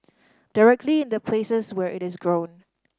directly in the places where it is grown